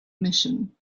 mission